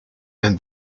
and